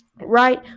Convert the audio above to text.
right